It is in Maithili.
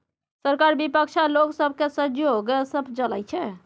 सरकार बिपक्ष आ लोक सबके सहजोग सँ चलइ छै